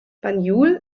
banjul